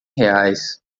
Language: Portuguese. reais